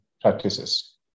practices